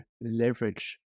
leverage